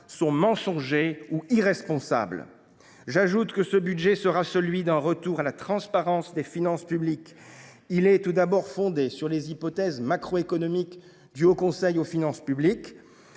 sont mensongers ou irresponsables. J’ajoute que ce budget sera celui d’un retour à la transparence des finances publiques. Il est tout d’abord fondé sur les hypothèses macroéconomiques du Haut Conseil des finances publiques,